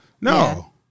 No